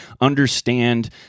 understand